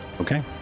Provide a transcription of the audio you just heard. Okay